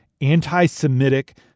anti-Semitic